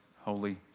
holy